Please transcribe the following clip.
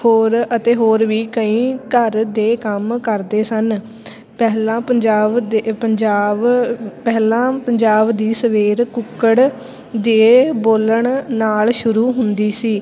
ਹੋਰ ਅਤੇ ਹੋਰ ਵੀ ਕਈ ਘਰ ਦੇ ਕੰਮ ਕਰਦੇ ਸਨ ਪਹਿਲਾਂ ਪੰਜਾਬ ਦੇ ਪੰਜਾਬ ਪਹਿਲਾਂ ਪੰਜਾਬ ਦੀ ਸਵੇਰ ਕੁੱਕੜ ਦੇ ਬੋਲਣ ਨਾਲ ਸ਼ੁਰੂ ਹੁੰਦੀ ਸੀ